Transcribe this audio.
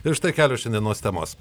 ir štai kelios šiandienos temos